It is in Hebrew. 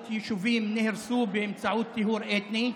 500 יישובים נהרסו באמצעות טיהור אתני,